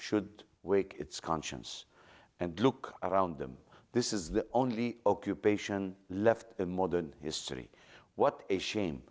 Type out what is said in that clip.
should wake its conscience and look around them this is the only okupe left in modern history what a shame